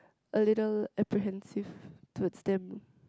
a little apprehensive towards them